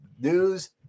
news